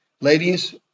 ladies